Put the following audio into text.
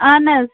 اہن حظ